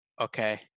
Okay